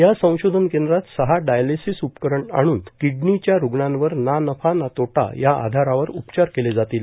या संशोधन केंद्रात सहा डायलेसिस उपकरण आणत किडनी तसंच इतर रुग्णांवर ना नफा ना तोटा या आधारावर उपचार केले जातील